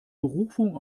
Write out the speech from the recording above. berufung